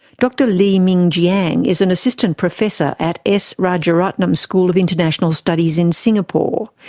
dr li mingjiang is an assistant professor at s. rajaratnam school of international studies in singapore.